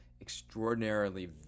extraordinarily